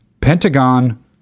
Pentagon